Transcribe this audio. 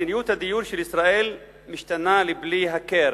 מדיניות הדיור של ישראל משתנה לבלי הכר,